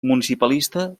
municipalista